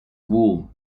wall